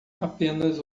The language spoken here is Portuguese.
apenas